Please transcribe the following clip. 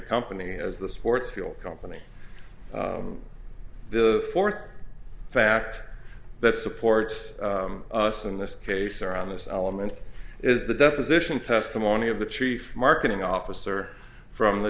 company as the sports field company the fourth fact that supports us in this case around this element is the deposition testimony of the chief marketing officer from the